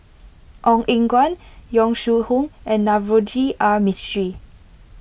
Ong Eng Guan Yong Shu Hoong and Navroji R Mistri